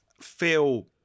feel –